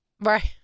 Right